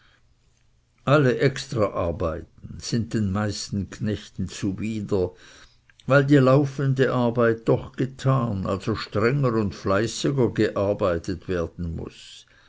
alle extraarbeiten sind den meisten knechten zuwider weil die laufende arbeit doch getan also strenger und fleißiger gearbeitet werden muß